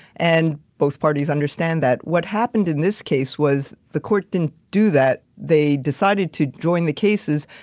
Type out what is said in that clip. and both parties understand that what happened in this case was the court didn't do that they decided to join the cases.